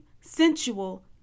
sensual